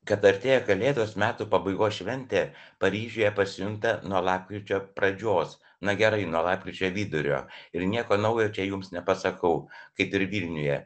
kad artėja kalėdos metų pabaigos šventė paryžiuje pasijunta nuo lapkričio pradžios na gerai nuo lapkričio vidurio ir nieko naujo čia jums nepasakau kaip ir vilniuje